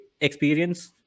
experience